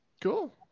Cool